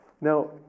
Now